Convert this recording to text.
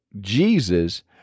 Jesus